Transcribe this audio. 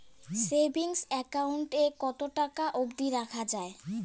Savings account এ কতো টাকা অব্দি রাখা যায়?